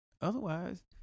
Otherwise